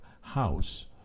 house